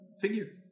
figure